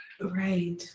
Right